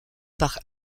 par